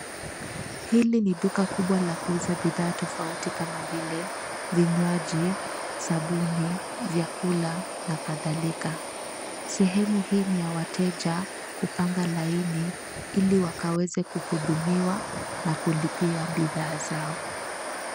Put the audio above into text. Hili ni duka kubwa la kuuzia bidhaa tofauti kama vile: vinywaji, sabuni, vyakula na kadhalika. Sehemu hii ni ya wateja kupanga laimi ili wakaweze kuhudumiwa na kulipia bidhaa zao.